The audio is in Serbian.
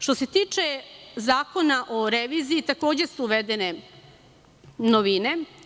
Što se tiče Zakona o reviziji, takođe su uvedene novine.